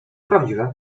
prawdziwe